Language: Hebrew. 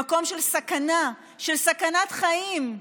למקום של סכנה, של סכנת חיים.